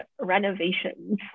renovations